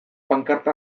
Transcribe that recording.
pankarta